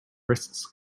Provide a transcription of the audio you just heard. risks